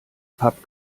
pub